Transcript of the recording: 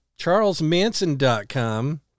CharlesManson.com